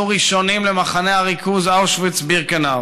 ראשונים למחנה הריכוז אושוויץ-בירקנאו,